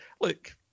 look